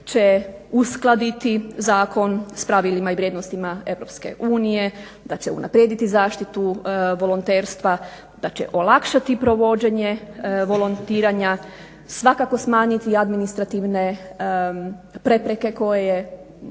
će uskladiti zakon sa pravilima i vrijednostima EU, da će unaprijediti zaštitu volonterstva, da će olakšati provođenje volontiranja, svakako smanjiti administrativne prepreke koje